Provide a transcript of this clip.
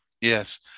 Yes